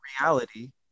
reality